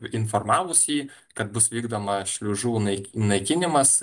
informavus jį kad bus vykdoma šliužų nai naikinimas